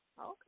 Okay